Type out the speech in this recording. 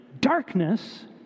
darkness